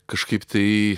kažkaip tai